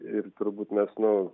ir turbūt mes nu